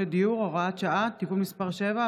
לדיור (הוראת שעה) (תיקון מס' 7),